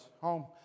home